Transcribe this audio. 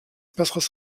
besseres